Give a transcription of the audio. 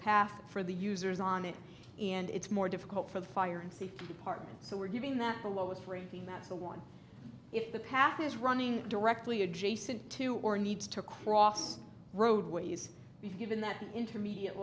past for the users on it and it's more difficult for the fire and safety department so we're giving them the lowest rating that's a one if the path is running directly adjacent to or needs to cross roadways we've given that intermediate